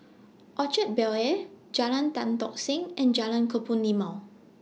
Orchard Bel Air Jalan Tan Tock Seng and Jalan Kebun Limau